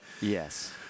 Yes